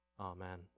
Amen